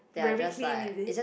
very clean is it